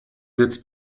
wird